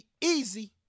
Easy